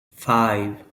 five